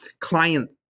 client